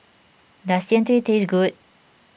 does Jian Dui taste good